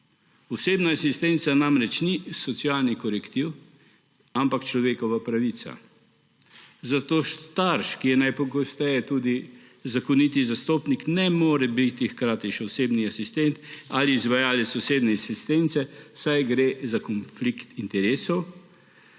Osebna asistenca namreč ni socialni korektiv, ampak človekova pravica. Zato starš, ki je najpogosteje tudi zakoniti zastopnik, ne more biti hkrati še osebni asistent ali izvajalec osebne asistence, saj gre za konflikt interesov,